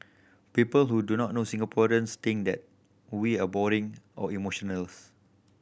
people who do not know Singaporeans think that we are boring or emotionless